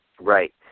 Right